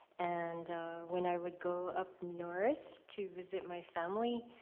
and when i would go up north to visit my family,